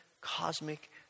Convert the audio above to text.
cosmic